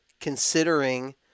considering